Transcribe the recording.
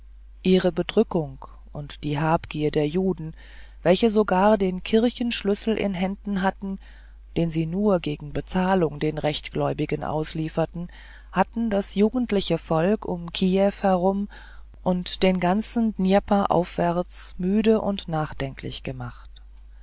ihre bedrückung und die habgier der juden welche sogar den kirchenschlüssel in händen hatten den sie nur gegen bezahlung den rechtgläubigen auslieferten hatte das jugendliche volk um kiew herum und den ganzen dnjepr aufwärts müde und nachdenklich gemacht